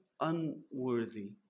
unworthy